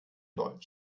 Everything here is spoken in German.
deutsch